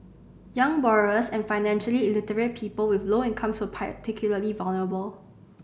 young borrowers and financially illiterate people with low incomes were particularly vulnerable